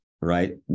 right